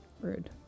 Rude